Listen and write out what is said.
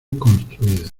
construida